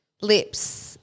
lips –